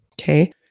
Okay